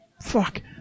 fuck